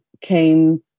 came